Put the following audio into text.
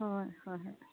ꯍꯣꯏ ꯍꯣꯏ ꯍꯣꯏ